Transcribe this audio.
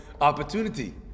opportunity